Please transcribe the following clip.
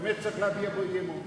באמת צריך להביע בו אי-אמון.